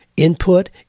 Input